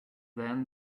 then